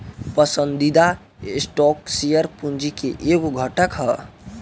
पसंदीदा stock share पूंजी के एगो घटक ह